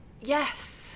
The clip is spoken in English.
Yes